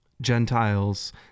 Gentiles